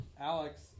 Alex